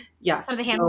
yes